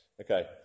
Okay